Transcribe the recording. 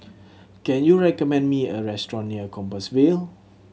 can you recommend me a restaurant near Compassvale